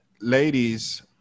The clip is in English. ladies